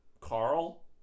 Carl